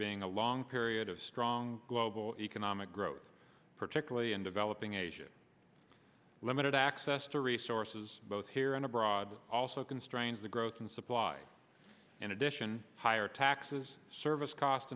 being a long period of strong global economic growth particularly in developing asia limited access to resources both here and abroad also constrains the growth in supply in addition higher taxes service cost